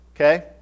Okay